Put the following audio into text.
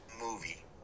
movie